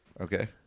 Okay